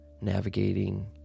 navigating